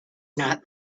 not